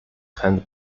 hand